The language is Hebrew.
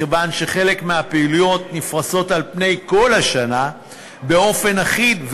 מכיוון שחלק מהפעילויות נפרסות על פני כל השנה באופן אחיד,